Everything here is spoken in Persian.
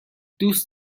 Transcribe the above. دوست